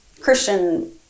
Christian